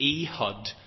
Ehud